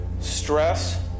stress